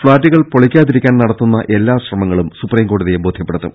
ഫ്ളാറ്റുകൾ പൊളിക്കാതിരിക്കാൻ നട ത്തുന്ന എല്ലാ ശ്രമങ്ങളും സുപ്രീംകോടതിയെ ബോധ്യപ്പെടുത്തും